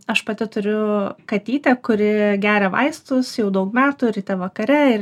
aš pati turiu katytę kuri geria vaistus jau daug metų ryte vakare ir